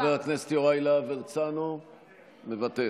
חבר הכנסת יוראי להב הרצנו, מוותר.